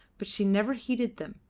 but she never heeded them,